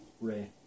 Ray